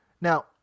now